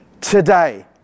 today